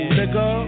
nigga